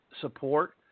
support